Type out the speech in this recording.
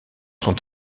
sont